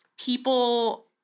People